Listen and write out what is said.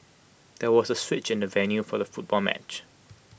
there was A switch in the venue for the football match